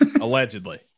allegedly